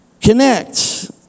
Connect